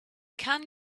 can